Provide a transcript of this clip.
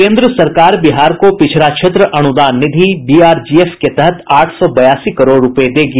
केन्द्र सरकार बिहार को पिछड़ा क्षेत्र अनुदान निधि बीआरजीएफ के तहत आठ सौ बयासी करोड़ रूपये देगी